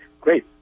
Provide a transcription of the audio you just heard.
great